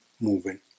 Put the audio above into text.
moving